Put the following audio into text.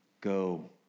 go